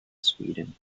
sweden